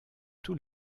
tous